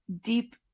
deep